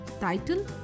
Title